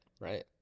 right